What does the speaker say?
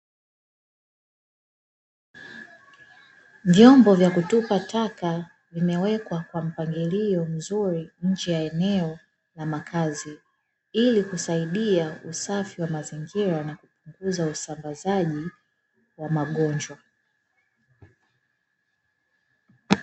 Vyombo vya kutupa taka limewekwa kwa mpangilio mzuri nje ya eneo ya makazi, ili kusaidia usafi wa mazingira na kupunguza usambazaji wa magonjwa.